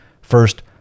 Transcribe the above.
first